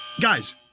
Guys